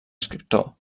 escriptor